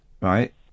right